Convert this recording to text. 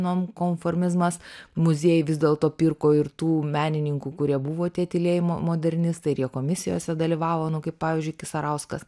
nonkonformizmas muziejai vis dėlto pirko ir tų menininkų kurie buvo tie tylėjimo modernistai ir jie komisijose dalyvavo nu kaip pavyzdžiui kisarauskas